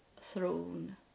throne